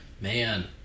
Man